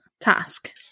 task